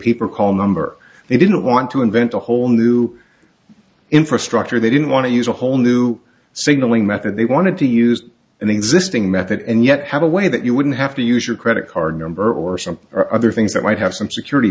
peeper call number they didn't want to invent a whole new infrastructure they didn't want to use a whole new signalling method they wanted to use an existing method and yet had a way that you wouldn't have to use your credit card number or something or other things that might have some security